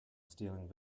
stealing